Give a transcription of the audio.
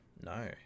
no